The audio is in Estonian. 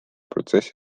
protsessi